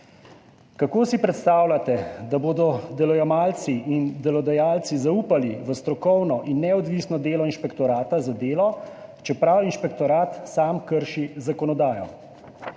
Kako si predstavljate, da bodo delojemalci in delodajalci zaupali v strokovno in neodvisno delo Inšpektorata za delo, če le-ta sam krši zakonodajo?